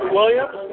Williams